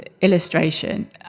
illustration